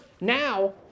now